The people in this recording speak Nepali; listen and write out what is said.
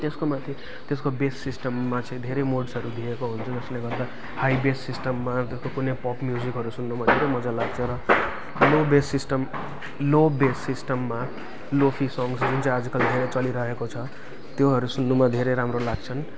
त्यसको माथि त्यसको बेस सिस्टममा चाहिँ धेरै मोडसहरू दिएको हुन्छ जसले गर्दा हाई बेस सिस्टममा त्यस्तो कुनै पप म्युजिकहरू सुन्न मात्रै मजा लाग्छ र low bass system low bass सिस्टममा लोफी सङ्ग्स जुन आजकाल धेरै चलिरहेको छ त्योहरू सुन्नमा धेरै राम्रो लाग्छन्